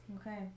Okay